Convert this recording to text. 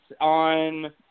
on